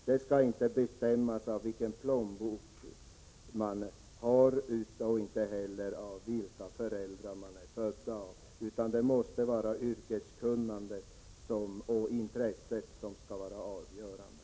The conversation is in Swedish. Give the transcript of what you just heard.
Det skall inte bestämmas av hur stor plånbok man har och inte heller av vilka föräldrar man har, utan det måste vara yrkeskunnandet och intresset som är avgörande.